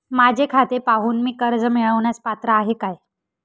माझे खाते पाहून मी कर्ज मिळवण्यास पात्र आहे काय?